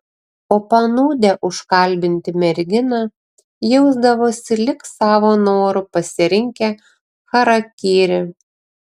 o panūdę užkalbinti merginą jausdavosi lyg savo noru pasirinkę charakirį